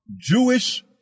Jewish